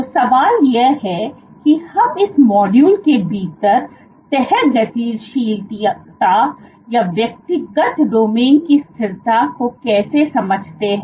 तो सवाल यह है कि हम इस मॉड्यूल के भीतर तह गतिशीलता या व्यक्तिगत डोमिन की स्थिरता को कैसे समझते हैं